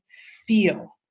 feel